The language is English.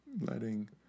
letting